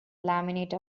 laminate